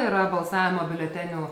tai yra balsavimo biuletenių